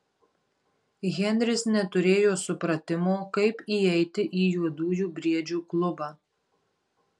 henris neturėjo supratimo kaip įeiti į juodųjų briedžių klubą